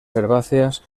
herbáceas